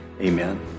Amen